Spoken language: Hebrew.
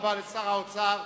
תודה רבה לשר האוצר.